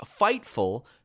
Fightful